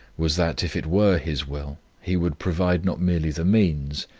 was, that, if it were his will, he would provide not merely the means,